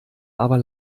aber